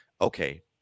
okay